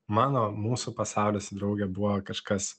mano mūsų pasaulis su drauge buvo kažkas